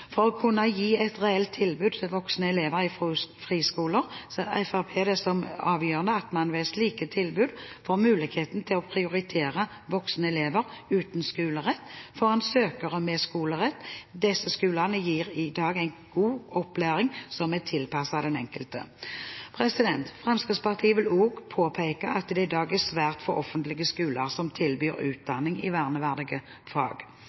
For å kunne gi et reelt tilbud til voksne elever i friskoler ser Fremskrittspartiet det som avgjørende at man ved slike tilbud får muligheten til å prioritere voksne elever uten skolerett foran søkere med skolerett. Disse skolene gir i dag en god opplæring som er tilpasset den enkelte. Fremskrittspartiet vil også påpeke at det i dag er svært få offentlige skoler som tilbyr utdanning i verneverdige fag.